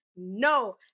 No